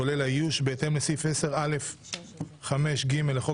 כולל האיוש: בהתאם לסעיף 10(א)(5)(ג) לחוק